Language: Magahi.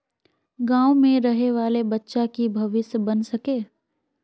गाँव में रहे वाले बच्चा की भविष्य बन सके?